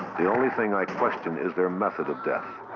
the only thing i question is their method of death.